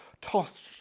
tossed